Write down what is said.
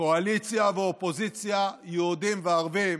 קואליציה ואופוזיציה, יהודים וערבים,